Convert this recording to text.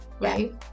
right